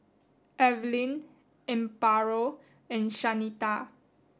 Evelyne Amparo and Shanita